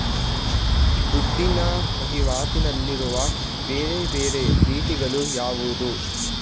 ದುಡ್ಡಿನ ವಹಿವಾಟಿನಲ್ಲಿರುವ ಬೇರೆ ಬೇರೆ ರೀತಿಗಳು ಯಾವುದು?